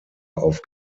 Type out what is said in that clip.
auf